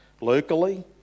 Locally